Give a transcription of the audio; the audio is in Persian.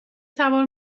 سوار